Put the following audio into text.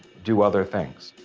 do other things.